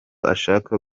ashaka